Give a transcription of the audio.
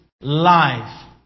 life